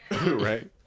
Right